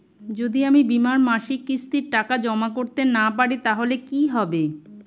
যদি আমি বীমার মাসিক কিস্তির টাকা জমা করতে না পারি তাহলে কি হবে?